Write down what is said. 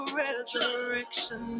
resurrection